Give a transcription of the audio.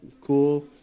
cool